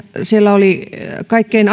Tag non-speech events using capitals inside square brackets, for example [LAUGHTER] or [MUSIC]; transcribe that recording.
siellä oli kaikkein [UNINTELLIGIBLE]